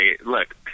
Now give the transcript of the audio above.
look